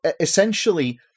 Essentially